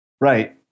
Right